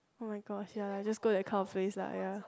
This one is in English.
oh-my-gosh ya lah just go that kind of place lah ya